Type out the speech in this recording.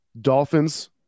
Dolphins